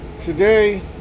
today